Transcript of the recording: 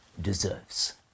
deserves